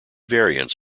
variants